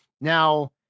Now